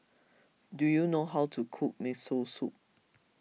do you know how to cook Miso Soup